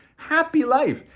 happy life!